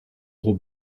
gros